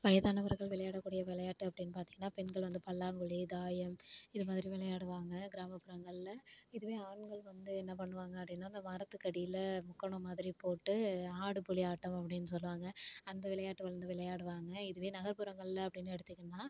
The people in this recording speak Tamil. வயதானவர்கள் விளையாடக்கூடிய விளையாட்டு அப்படின்னு பார்த்தீங்கன்னா பெண்கள் வந்து பல்லாங்குழி தாயம் இது மாதிரி விளையாடுவாங்க கிராமப்புறங்களில் இதுவே ஆண்கள் வந்து என்ன பண்ணுவாங்கள் அப்படின்னா இந்த மரத்துக்கு அடியில் முக்கோணம் மாதிரி போட்டு ஆடுபுலி ஆட்டம் அப்படின்னு சொல்லுவாங்கள் அந்த விளையாட்டு வந்து விளையாடுவாங்கள் இதுவே நகர்புறங்களில் அப்படின்னு எடுத்தீங்கன்னால்